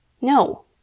No